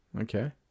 okay